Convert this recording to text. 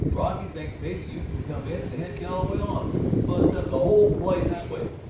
brocky thinks maybe you can come in and head galloway off and bust up the whole play that way.